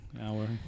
hour